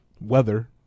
weather